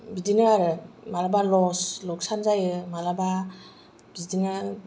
बिदिनो आरो मालाबा लस लक्सान जायो मालाबा बिदिनो